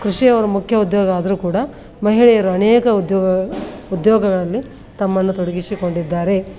ಕೃಷಿಯೇ ಅವರ ಮುಖ್ಯ ಉದ್ಯೋಗ ಆದರು ಕೂಡ ಮಹಿಳೆಯರು ಅನೇಕ ಉದ್ಯೋಗ ಉದ್ಯೋಗಗಳಲ್ಲಿ ತಮ್ಮನ್ನು ತೊಡಗಿಸಿಕೊಂಡಿದ್ದಾರೆ